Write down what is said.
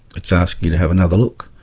it's asking you to have another look,